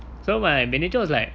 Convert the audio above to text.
so my manager was like